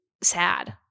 sad